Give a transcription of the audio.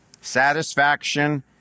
Satisfaction